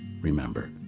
Remember